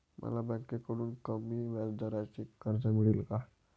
मला बँकेकडून कमी व्याजदराचे कर्ज मिळेल का?